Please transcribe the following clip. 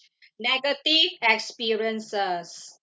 negative experiences